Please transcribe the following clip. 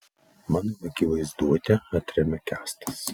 mano laki vaizduotė atremia kęstas